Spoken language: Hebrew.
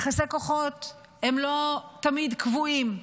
יחסי כוחות הם לא תמיד קבועים,